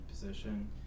position